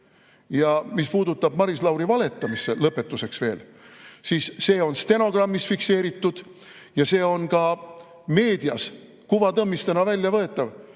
Mis puudutab Maris Lauri valetamist – lõpetuseks –, siis see on stenogrammis fikseeritud ja see on olemas ka meedias, kuvatõmmistena on välja võetav,